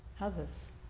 others